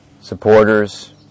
supporters